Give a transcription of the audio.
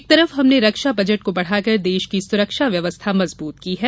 एक तरफ हमने रक्षा बजट को बढ़ाकर देश की सुरक्षा व्यवस्था मजबूत की है